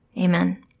Amen